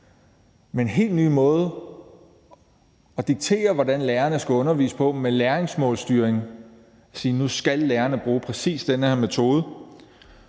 med en helt ny måde at diktere, hvordan lærerne skal undervise på; med læringsmålsstyring, hvor man siger, at nu skal lærerne bruge præcis den her metode;